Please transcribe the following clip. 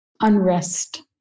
unrest